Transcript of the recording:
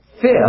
Fifth